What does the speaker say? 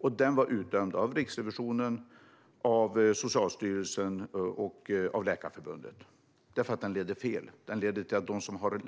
Den dömdes ut av Riksrevisionen, Socialstyrelsen och Läkarförbundet därför att den ledde fel. Den ledde till att de som har